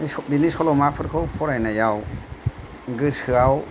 बिनि सल'माफोरखौ फरायनायाव गोसोआव